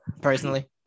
personally